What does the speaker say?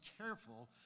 careful